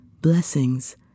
blessings